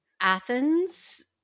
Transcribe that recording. Athens-